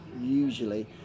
usually